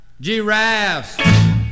giraffes